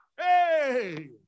hey